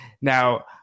Now